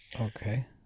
okay